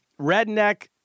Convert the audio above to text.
Redneck